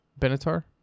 Benatar